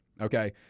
okay